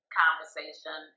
conversation